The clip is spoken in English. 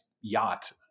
yacht